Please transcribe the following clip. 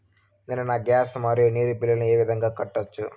నేను నా గ్యాస్, మరియు నీరు బిల్లులను ఏ విధంగా కట్టొచ్చు?